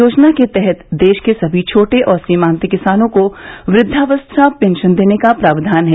योजना के तहत देश के सभी छोटे और सीमांत किसानों को वृद्वावस्था पेंशन देने का प्राव्यान है